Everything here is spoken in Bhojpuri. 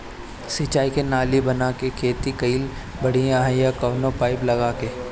सिंचाई नाली बना के खेती कईल बढ़िया ह या कवनो पाइप लगा के?